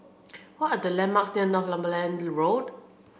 what are the landmarks near Northumberland Road